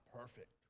perfect